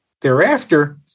thereafter